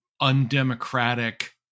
undemocratic